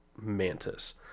mantis